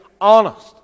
Honest